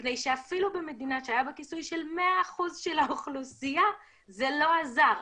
מפני שאפילו במדינה שהיה בה כיסוי של 100% של האוכלוסייה זה לא עזר.